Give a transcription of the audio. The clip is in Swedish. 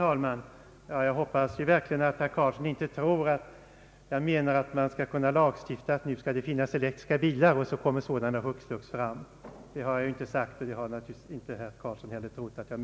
Herr talman! Jag hoppas verkligen att herr Karlsson inte tror att jag menar att man skall lagstifta att nu skall det finnas elektriska bilar, och så kommer sådana hux flux fram. Det har jag naturligtvis inte sagt.